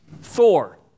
Thor